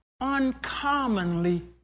uncommonly